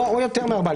או יותר מארבעה,